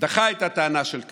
דחה את טענתו של קאנט.